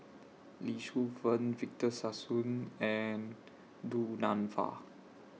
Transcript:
Lee Shu Fen Victor Sassoon and Du Nanfa